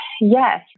Yes